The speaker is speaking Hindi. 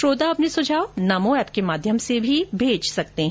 श्रोता अपने सुझाव नमो एप के माध्यम से भी भेज सकते हैं